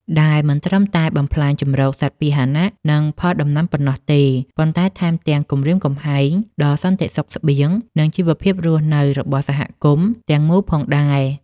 ដែលមិនត្រឹមតែបំផ្លាញជម្រកសត្វពាហនៈ និងផលដំណាំប៉ុណ្ណោះទេ ប៉ុន្តែថែមទាំងគំរាមកំហែងដល់សន្តិសុខស្បៀង និងជីវភាពរស់នៅរបស់សហគមន៍ទាំងមូលផងដែរ។